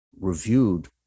reviewed